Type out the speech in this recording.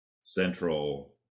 central